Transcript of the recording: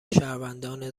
شهروندان